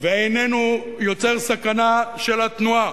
ואינו יוצר סכנה לתנועה,